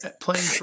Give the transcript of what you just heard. playing